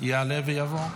יעלה ויבוא.